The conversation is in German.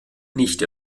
nicht